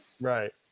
Right